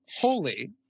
Holy